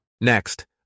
Next